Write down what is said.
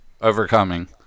Overcoming